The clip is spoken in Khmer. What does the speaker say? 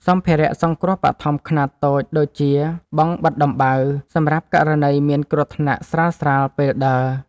សម្ភារៈសង្គ្រោះបឋមខ្នាតតូច ដូចជាបង់បិទដំបៅ សម្រាប់ករណីមានគ្រោះថ្នាក់ស្រាលៗពេលដើរ។